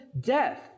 death